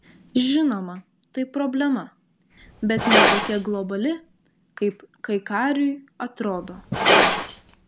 žinoma tai problema bet ne tokia globali kaip kaikariui atrodo